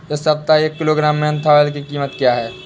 इस सप्ताह एक किलोग्राम मेन्था ऑइल की कीमत क्या है?